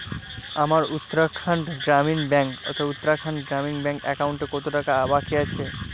আমার উত্তরাখণ্ড গ্রামীণ ব্যাঙ্ক তো উত্তরাখণ্ড গ্রামীণ ব্যাঙ্ক অ্যাকাউন্টে কত টাকা বাকি আছে